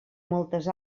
moltes